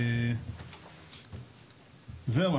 זהו,